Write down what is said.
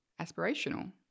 aspirational